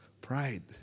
Pride